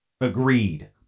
Agreed